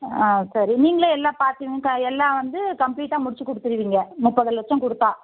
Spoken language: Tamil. ஆ சரி நீங்களே எல்லாம் பார்த்து எல்லாம் வந்து முடிச்சு கொடுத்துருவீங்க முப்பது லட்சம் குடுத்தால்